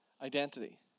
Identity